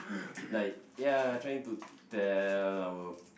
like ya trying to tell our